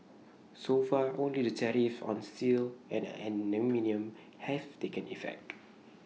so far only the tariffs on steel and aluminium have taken effect